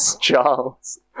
Charles